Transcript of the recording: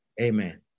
Amen